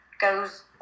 goes